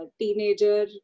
teenager